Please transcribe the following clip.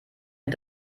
wir